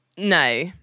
No